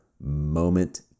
moment